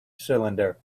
cylinder